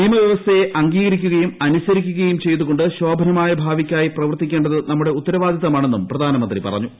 നിയമ വ്യവസ്ഥയെ അംഗീകരിക്കുകയും അനുസരിക്കുകയും ചെയ്തുകൊണ്ട് ശോഭനമായ ഭാവിക്കായി പ്രവർത്തിക്കേണ്ടത് നമ്മുടെ ഉത്തരവാദിത്തമാണെന്നും പ്രധാനമന്ത്രി പറഞ്ഞു